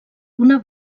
una